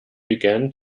began